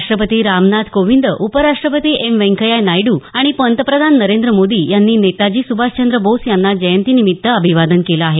राष्ट्रपती रामनाथ कोविंद उपराष्ट्रपती एम वेंकैय्या नायडू आणि पंतप्रधान नरेंद्र मोदी यांनी नेताजी सुभाषचंद्र बोस यांना जयंतीनिमित्त अभिवादन केलं आहे